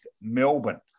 Melbourne